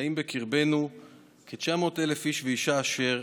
בקרבנו כ-900,000 איש ואישה אשר